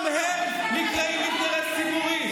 גם הם נקראים אינטרס ציבורי.